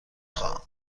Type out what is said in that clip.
خواهم